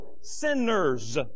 sinners